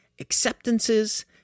acceptances